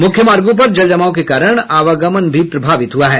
मुख्य मार्गो पर जलजमाव के कारण आवागमन भी प्रभावित हुआ है